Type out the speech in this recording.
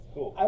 Cool